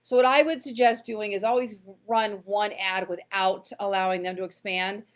so what i would suggest doing is always run one ad without allowing them to expand,